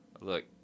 look